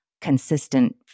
consistent